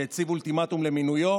שהציג אולטימטום למינויו,